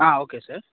okay sir